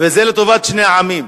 וזה לטובת שני העמים.